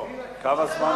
לא, כמה זמן?